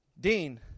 Dean